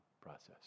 process